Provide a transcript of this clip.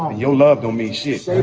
you loved um me so